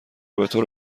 بطور